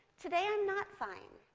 today i am not fine.